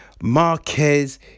Marquez